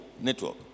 network